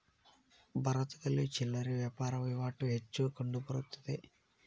ಭಾರತದಲ್ಲಿ ಚಿಲ್ಲರೆ ವ್ಯಾಪಾರ ವಹಿವಾಟು ಹೆಚ್ಚು ಕಂಡುಬರುತ್ತದೆ